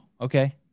Okay